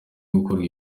gukorwa